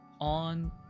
On